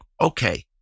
okay